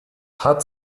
hat